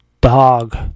dog